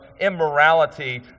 immorality